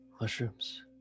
Mushrooms